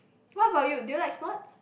what about you do you like sport